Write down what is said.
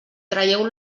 traieu